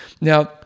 Now